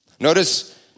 Notice